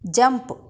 jump